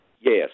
yes